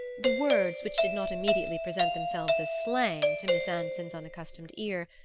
the words, which did not immediately present themselves as slang to miss anson's unaccustomed ear,